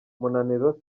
munaniro